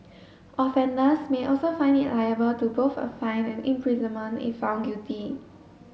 offenders may also liable to both a fine and imprisonment if found guilty